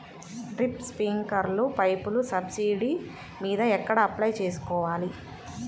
Drip, స్ప్రింకర్లు పైపులు subsidy మీద ఎక్కడ అప్లై చేసుకోవాలి?